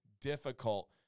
difficult